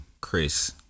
Chris